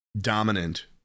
dominant